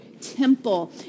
temple